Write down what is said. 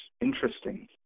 interesting